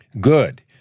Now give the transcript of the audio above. Good